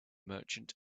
merchant